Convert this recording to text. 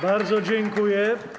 Bardzo dziękuję.